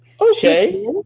Okay